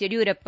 Yediyurappa